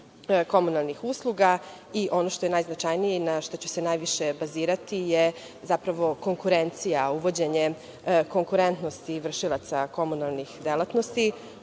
komunalnih usluga. Ono što je najznačajnije i naš šta ću se najviše bazirati je zapravo konkurencija, uvođenje konkurentnosti vršilaca komunalnih delatnosti,